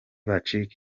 vujicic